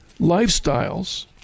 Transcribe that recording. lifestyles